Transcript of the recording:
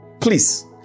please